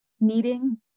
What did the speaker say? needing